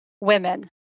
women